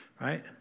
right